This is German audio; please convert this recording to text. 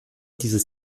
dieses